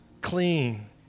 clean